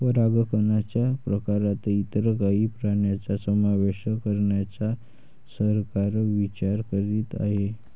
परागकणच्या प्रकारात इतर काही प्राण्यांचा समावेश करण्याचा सरकार विचार करीत आहे